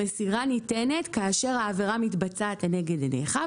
המסירה ניתנת כאשר העבירה מתבצעת לנגד עיניך,